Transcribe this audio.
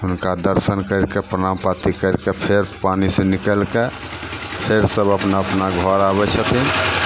हुनका दर्शन करिके परनाम पाती करिके फेर पानीसे निकलिके फेर सभ अपना अपना घर आबै छथिन